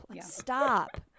Stop